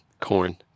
Corn